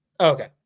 okay